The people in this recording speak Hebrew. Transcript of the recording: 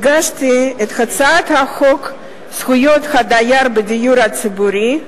הגשתי את הצעת חוק זכויות הדייר בדיור הציבורי (תיקון,